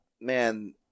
man